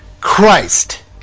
Christ